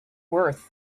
worth